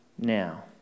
Now